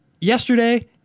yesterday